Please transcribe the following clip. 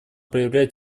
проявлять